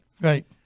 Right